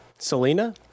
Selena